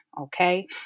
okay